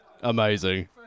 Amazing